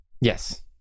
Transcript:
yes